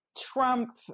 Trump